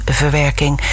verwerking